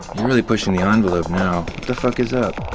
really pushing the ah envelope now. the fuck is up?